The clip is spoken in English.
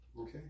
Okay